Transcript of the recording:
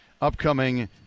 upcoming